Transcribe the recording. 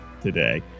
today